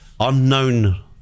unknown